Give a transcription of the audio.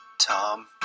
Tom